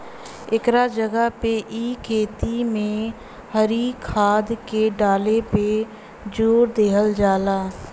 एकरा जगह पे इ खेती में हरी खाद के डाले पे जोर देहल जाला